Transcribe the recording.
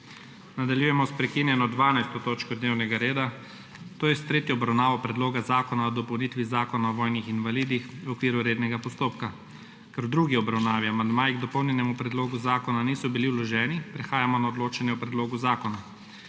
**Nadaljujemo s prekinjeno 12. točko dnevnega reda, to je s tretjo obravnavo Predloga zakona o dopolnitvi Zakona o vojnih invalidih v okviru rednega postopka.** Ker v drugi obravnavi amandmaji k dopolnjenemu predlogu zakona niso bili vloženi, prehajamo na odločanje o predlogu zakona.